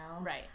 Right